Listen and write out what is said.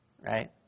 Right